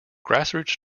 grassroots